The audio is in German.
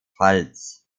pfalz